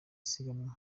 siganwa